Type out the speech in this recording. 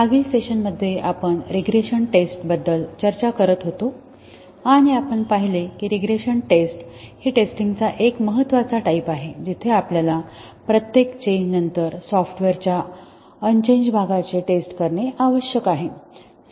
मागील सेशनमध्ये आपण रीग्रेशन टेस्ट बद्दल चर्चा करत होतो आणि आपण पाहिले की रीग्रेशन टेस्ट ही टेस्टिंगचा एक महत्त्वाचा टाईप आहे जिथे आपल्याला प्रत्येक चेंजनंतर सॉफ्टवेअरच्या अनचेंज्ड भागाची टेस्ट करणे आवश्यक आहे